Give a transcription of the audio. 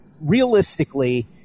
realistically –